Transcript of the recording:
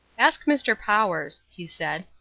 ask mr. powers, he said,